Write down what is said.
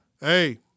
Hey